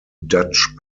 dutch